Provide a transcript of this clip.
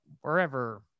wherever